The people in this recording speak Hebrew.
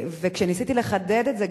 כשניסיתי לחדד את זה,